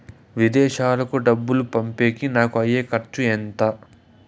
విదేశాలకు డబ్బులు పంపేకి నాకు అయ్యే ఖర్చు ఎంత?